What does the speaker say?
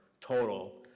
total